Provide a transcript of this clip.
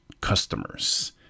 customers